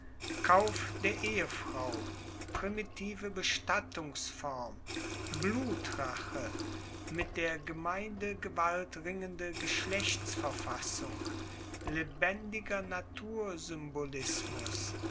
kauf der ehefrau primitive bestattungsform blutrache mit der gemeindegewalt ringende geschlechtsverfassung lebendiger